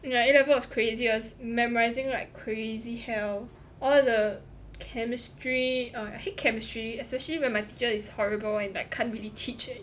yeah A level was craziest memorizing like crazy hell all the chemistry uh I hate chemistry especially when my teacher is horrible and like can't really teach it